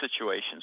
situations